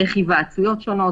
דרך היוועצויות שונות,